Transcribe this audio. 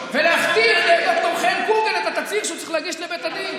ולהכתיב לד"ר חן קוגל את התצהיר שהוא צריך להגיש לבית הדין.